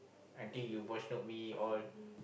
I think you voice note me all